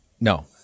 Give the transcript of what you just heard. No